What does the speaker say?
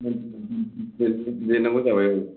बेनोबो जाबाय औ